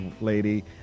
lady